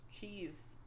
cheese